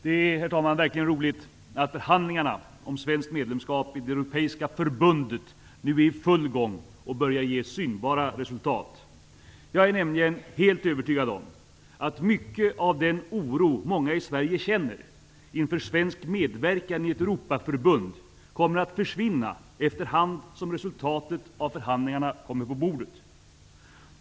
Herr talman! Det är verkligen roligt att förhandlingarna om svenskt medlemskap i det europeiska förbundet nu är i full gång och börjar ge synbara resultat. Jag är nämligen helt övertygad om att mycket av den oro många i Sverige känner inför svensk medverkan i ett Europaförbund kommer att försvinna efter hand som resultatet av förhandlingarna kommer på bordet.